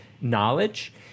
knowledge